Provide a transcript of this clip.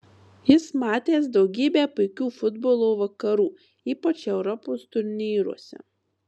jis matęs daugybę puikių futbolo vakarų ypač europos turnyruose